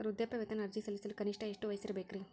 ವೃದ್ಧಾಪ್ಯವೇತನ ಅರ್ಜಿ ಸಲ್ಲಿಸಲು ಕನಿಷ್ಟ ಎಷ್ಟು ವಯಸ್ಸಿರಬೇಕ್ರಿ?